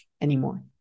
anymore